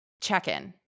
check-in